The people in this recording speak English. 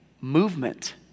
Movement